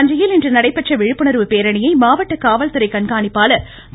தஞ்சையில் இன்று நடைபெற்ற விழிப்புணர்வு பேரணியை மாவட்ட காவல்துறை கண்காணிப்பாளர் திரு